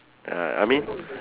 uh I mean